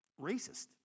racist